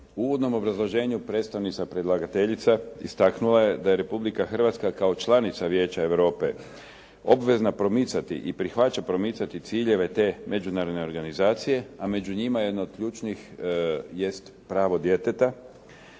uvodnom obrazloženju predstavnica predlagateljica istaknula je da je Republika Hrvatska kao članica Vijeća Europe obvezna promicati i prihvaća promicati ciljeve te međunarodne organizacije, a među njima jedno od ključnih jest pravo djeteta